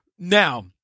Now